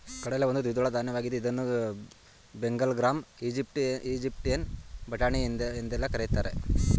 ಕಡಲೆ ಒಂದು ದ್ವಿದಳ ಧಾನ್ಯವಾಗಿದ್ದು ಇದನ್ನು ಬೆಂಗಲ್ ಗ್ರಾಂ, ಈಜಿಪ್ಟಿಯನ್ ಬಟಾಣಿ ಎಂದೆಲ್ಲಾ ಕರಿತಾರೆ